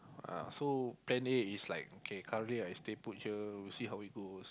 uh so plan A is like okay currently I stay put here we see how it goes